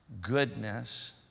goodness